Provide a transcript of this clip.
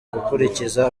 gukurikiza